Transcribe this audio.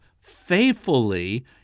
faithfully